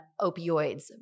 opioids